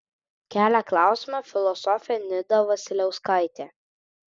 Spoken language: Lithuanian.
kelia klausimą filosofė nida vasiliauskaitė